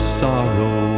sorrow